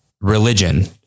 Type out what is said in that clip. religion